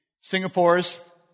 Singapore's